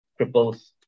cripples